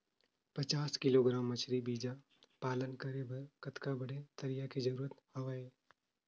पचास किलोग्राम मछरी बीजा पालन करे बर कतका बड़े तरिया के जरूरत हवय?